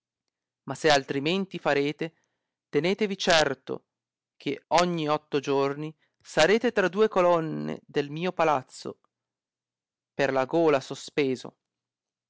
ma se altrimenti farete tenetevi certo che oggi otto giorni sarete tra due colonne del mio palazzo per la gola sospeso